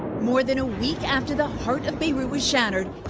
more than a week after the heart of beirut was shattered,